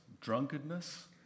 drunkenness